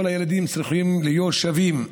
כל הילדים צריכים להיות שווים,